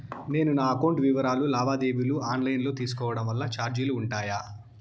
నేను నా అకౌంట్ వివరాలు లావాదేవీలు ఆన్ లైను లో తీసుకోవడం వల్ల చార్జీలు ఉంటాయా?